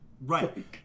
Right